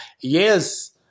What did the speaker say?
Yes